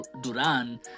Duran